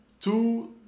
Two